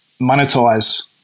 monetize